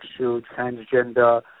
transgender